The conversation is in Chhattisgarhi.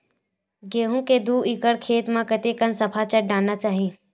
गेहूं के दू एकड़ खेती म कतेकन सफाचट डालना चाहि?